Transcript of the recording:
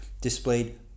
displayed